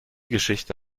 geschichte